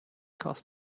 krass